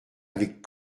avec